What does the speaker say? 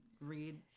read